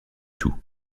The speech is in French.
tout